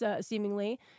seemingly